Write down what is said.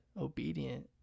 obedient